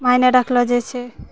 माइने रखलऽ जाइ छै